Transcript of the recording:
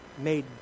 made